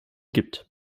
gibt